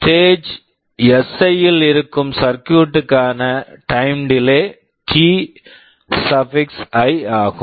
stage stage Si இல் இருக்கும் circuit circuit க்கான time delay time delay ti ஆகும்